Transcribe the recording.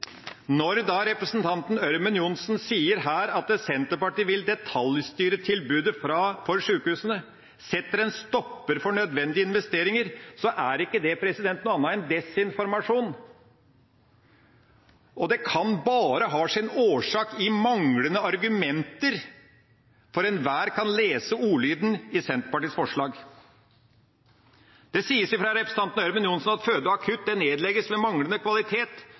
Når representanten Ørmen Johnsen her sier at Senterpartiet vil detaljstyre tilbudet for sykehusene og setter en stopper for nødvendige investeringer, er ikke det noe annet enn desinformasjon, og det kan bare ha sin årsak i manglende argumenter, for enhver kan lese ordlyden i Senterpartiets forslag. Det sies fra representanten Ørmen Johnsen at føde- og akuttilbud bør nedlegges ved manglende kvalitet.